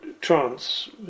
trance